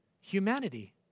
humanity